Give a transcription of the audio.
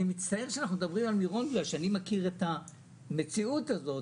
אני מצטער שאנחנו מדברים על מירון בגלל שאני מכיר את המציאות הזו,